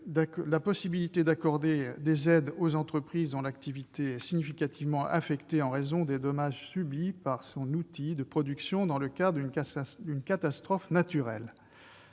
la possibilité d'accorder des aides aux entreprises dont l'activité est significativement affectée en raison des dommages subis par son outil de production dans le cadre d'une catastrophe naturelle.